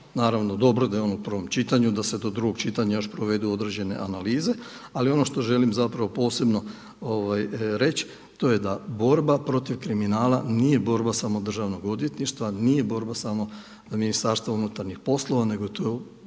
naravno dobro da je on u prvom čitanju, da se do drugog čitanja još provedu određene analize. Ali on što želim zapravo posebno reći to je da borba protiv kriminala nije borba samo Državnog odvjetništva, nije borba samo Ministarstva unutarnjih poslova nego je to